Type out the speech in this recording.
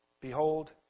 Behold